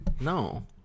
No